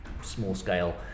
small-scale